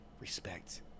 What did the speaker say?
respect